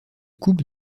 coupe